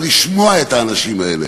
אבל לשמוע את האנשים האלה,